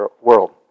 world